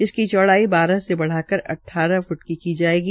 इसकी चौडाई बारह से बढ़ाकर अट्ठारह फ्ट की जायेगी